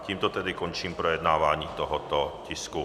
Tímto tedy končím projednávání tohoto tisku.